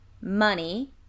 money